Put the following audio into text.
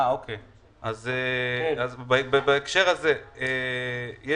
בהקשר הזה,